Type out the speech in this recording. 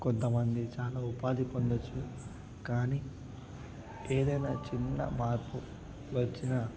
కొంతమంది చాలా ఉపాధి పొందవచ్చు కానీ ఏదైన్నా చిన్న మార్పు వచ్చిన